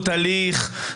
הליך,